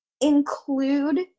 include